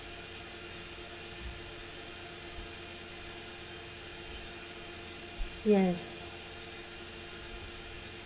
yes